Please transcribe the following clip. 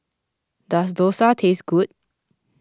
does Dosa taste good